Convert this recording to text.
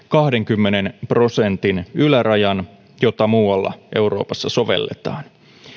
kahdenkymmenen prosentin ylärajan jota muualla euroopassa sovelletaan